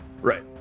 Right